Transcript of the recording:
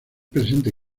presente